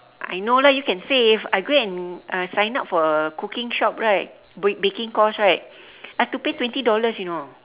I know lah you can save I go and uh sign up for a cooking shop right b~ baking course right I have to pay twenty dollars you know